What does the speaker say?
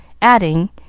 adding,